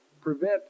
prevent